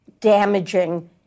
damaging